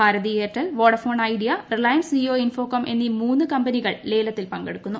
Bharati Airtel Vodafone Idea Reliance Jio Infocomm എന്നീ മൂന്ന് കമ്പനികൾ ലേലത്തിൽ പങ്കെടുക്കുന്നു